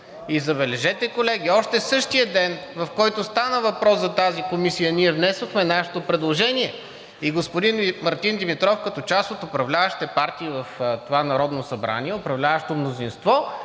И забележете, колеги, още същия ден, в който стана въпрос за тази комисия, ние внесохме нашето предложение и господин Мартин Димитров като част от управляващите партии в това Народно събрание, управляващото мнозинство,